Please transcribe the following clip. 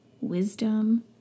wisdom